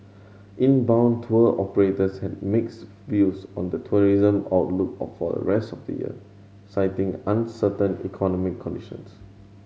inbound tour operators had mixed views on the tourism outlook or for the rest of the year citing uncertain economic conditions